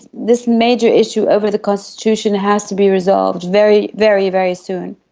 this major issue over the constitution has to be resolved very, very very soon.